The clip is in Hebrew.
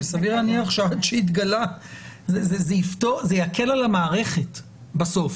כי סביר להניח שמה שיתגלה יקל על המערכת בסוף,